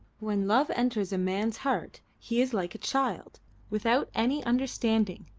when love enters a man's heart he is like a child without any understanding.